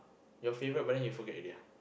your favourite but then you forget already ah